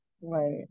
right